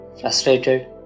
frustrated